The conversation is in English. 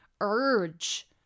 urge